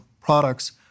products